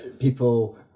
people